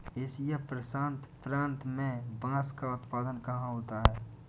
Asia प्रशांत प्रांत में बांस का उत्पादन कहाँ होता है?